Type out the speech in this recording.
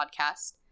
podcast